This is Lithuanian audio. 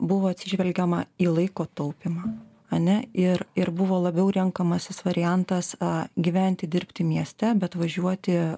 buvo atsižvelgiama į laiko taupymą ana ir ir buvo labiau renkamasis variantas a gyventi dirbti mieste bet važiuoti